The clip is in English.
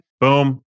boom